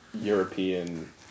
European